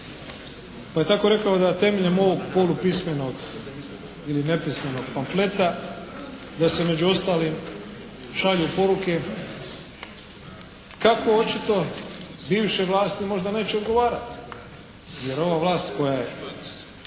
pa je tako rekao da temeljem ovog polupismenog ili nepismenog pamfleta da se među ostalim šalju poruke kako očito bivše vlasti možda neće odgovarati, jer ova vlast koja je